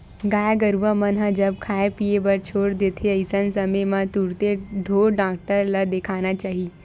गाय गरुवा मन ह जब खाय पीए बर छोड़ देथे अइसन समे म तुरते ढ़ोर डॉक्टर ल देखाना चाही